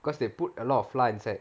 because they put a lot of flour inside